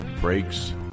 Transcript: brakes